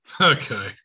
Okay